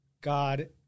God